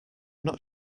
not